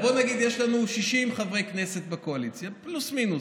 בוא נגיד שיש לנו 60 חברי כנסת בקואליציה פלוס מינוס,